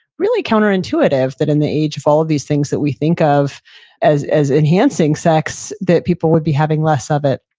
really counterintuitive that in the age of all of these things that we think of as as enhancing sex that people would be having less of it.